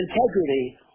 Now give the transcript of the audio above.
integrity